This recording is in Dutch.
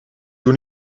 doe